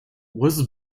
was